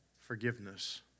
forgiveness